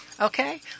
Okay